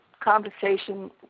conversation